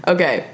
Okay